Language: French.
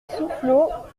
soufflot